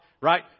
right